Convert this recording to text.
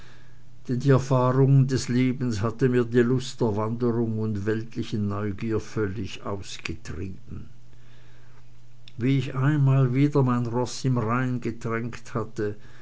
denn die erfahrung des lebens hatte mir die lust der wanderung und weltlichen neugier völlig ausgetrieben wie ich einmal wieder mein roß im rhein getränkt hatte